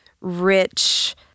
rich